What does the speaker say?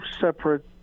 separate